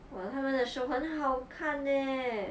!wah! 他们的 show 很好看 eh